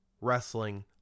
wrestling